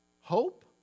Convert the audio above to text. hope